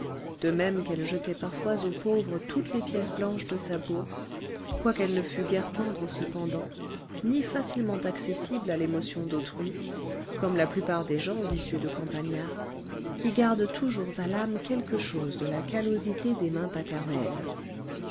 de même qu'elle jetait parfois aux pauvres toutes les pièces blanches de sa bourse quoiqu'elle ne fût guère tendre cependant ni facilement accessible à l'émotion d'autrui comme la plupart des gens issus de campagnards qui gardent toujours à l'âme quelque chose de la callosité des mains paternelles